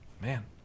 Man